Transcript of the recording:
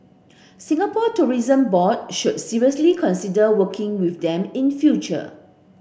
Singapore Tourism Board should seriously consider working with them in future